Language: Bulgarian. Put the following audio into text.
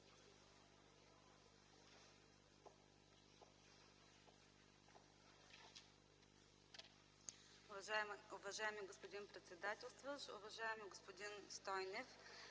Уважаеми господин председателстващ, уважаеми господин Стойнев!